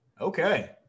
Okay